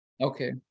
Okay